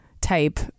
type